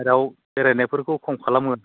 बाहेरायाव बेरायनायफोरखौ खम खालामहो